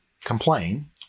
complain